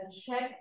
check